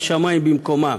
והשמים במקומם.